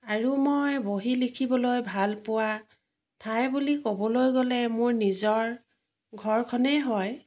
আৰু মই বহো লিখিবলৈ ভালপোৱা ঠাই বুলি ক'বলৈ গ'লে মোৰ নিজৰ ঘৰখনেই হয়